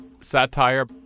satire